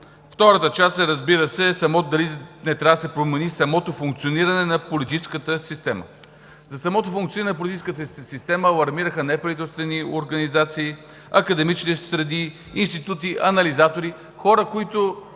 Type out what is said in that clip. Втората част е, разбира се, дали не трябва да се промени самото функциониране на политическата система. За самото функциониране на политическата система алармираха неправителствени организации, академични среди, институти, анализатори, хора, които